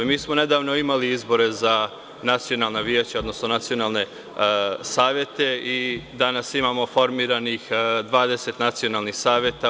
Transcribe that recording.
Mi smo nedavno imali izbore za nacionalna veća, odnosno nacionalne savete i danas imamo formiranih 20 nacionalnih saveta.